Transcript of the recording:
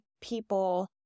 people